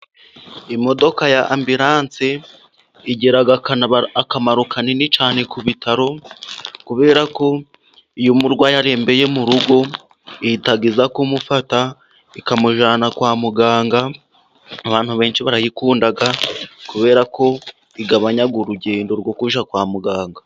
Imodoka ya ambiranse igira akamaro kanini cyane ku bitaro, kubera ko iyo murwayi arembeye mu rugo, ihita iza kumufata, ikamujyanana kwa muganga, abantu benshi barayikunda kubera ko igabanya urugendo rwo kuzajya kwa muganga.